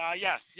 yes